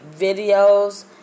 videos